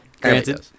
Granted